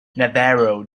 navarro